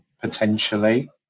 potentially